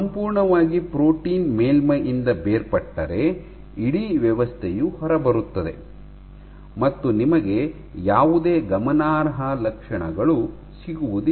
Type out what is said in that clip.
ಸಂಪೂರ್ಣವಾಗಿ ಪ್ರೋಟೀನ್ ಮೇಲ್ಮೈಯಿಂದ ಬೇರ್ಪಟ್ಟರೆ ಇಡೀ ವ್ಯವಸ್ಥೆಯು ಹೊರಬರುತ್ತದೆ ಮತ್ತು ನಿಮಗೆ ಯಾವುದೇ ಗಮನಾರ್ಹ ಲಕ್ಷಣಗಳು ಸಿಗುವುದಿಲ್ಲ